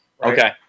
Okay